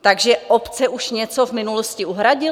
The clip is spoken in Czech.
Takže obce už něco v minulosti uhradily?